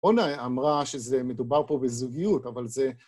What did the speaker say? עונה אמרה שזה מדובר פה בזוגיות, אבל זה...